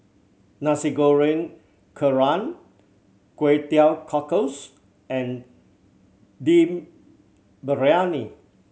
Nasi Goreng Kerang Kway Teow Cockles and Dum Briyani